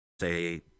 say